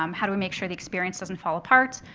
um how do we make sure the experience doesn't fall apart?